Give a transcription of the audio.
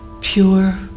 pure